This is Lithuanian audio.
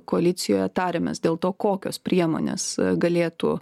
koalicijoje tarėmės dėl to kokios priemonės galėtų